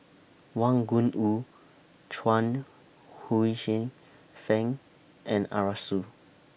Wang Gungwu Chuang Fang and Arasu